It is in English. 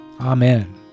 Amen